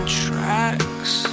tracks